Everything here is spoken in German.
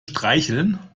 streicheln